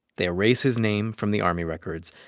they erase his name from the army records.